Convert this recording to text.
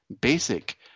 basic